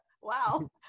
Wow